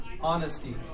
honesty